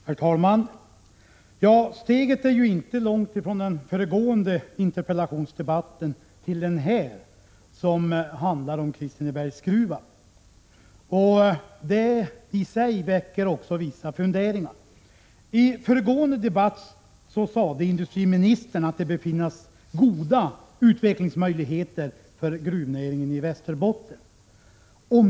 Herr talman! Steget är inte långt från föregående interpellationsdebatt till den här, som handlar om Kristinebergsgruvan. Det i sig väcker också vissa funderingar. I föregående debatt sade industriministern att det bör finnas goda utvecklingsmöjligheter för gruvnäringen i Västerbotten.